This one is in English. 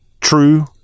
true